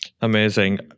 Amazing